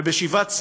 ובשיבת ציון,